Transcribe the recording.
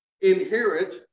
inherit